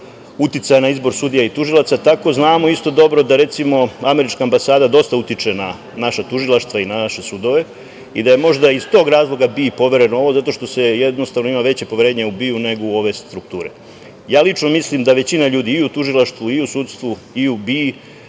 uticaja na izbor sudija i tužilaca, tako znamo isto dobro da, recimo, američka ambasada dosta utiče na naša tužilaštva i na naše sudove i da je možda iz tog razloga BIA povereno ovo, zato što se jednostavno ima veće poverenje u BIA nego u ove strukture. Lično mislim da većina ljudi i u tužilaštvu i u sudstvu i u BIA